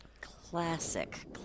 classic